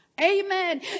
Amen